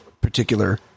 particular